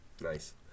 Nice